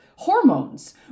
Hormones